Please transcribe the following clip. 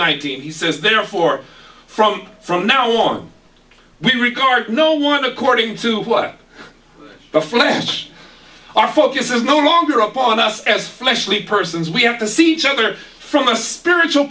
nineteen he says therefore from from now on we regard no one according to what a flash our focus is no longer upon us as fleshly persons we have to see each other from a spiritual